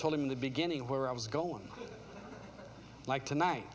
told him the beginning where i was going like tonight